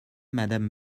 madame